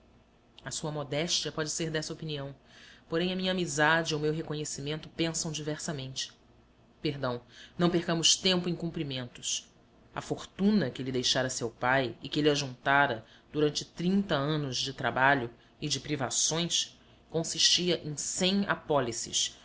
a sua modéstia pode ser dessa opinião porém a minha amizade e o meu reconhecimento pensam diversamente perdão não percamos tempo em cumprimentos a fortuna que lhe deixara seu pai e que ele ajuntara durante trinta anos de trabalho e de privações consistia em cem apólices